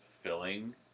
filling